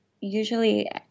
usually